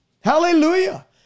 Hallelujah